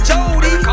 Jody